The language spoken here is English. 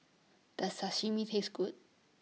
Does Sashimi Taste Good